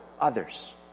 others